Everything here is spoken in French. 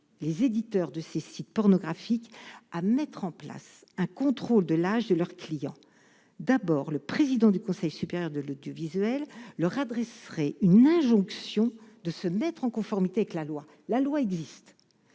les éditeurs de ces sites pornographiques à mettre en place un contrôle de l'âge de leurs clients, d'abord, le président du Conseil supérieur de l'audiovisuel leur adresserait une injonction de se mettre en conformité avec la loi, la loi existe,